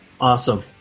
Awesome